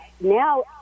Now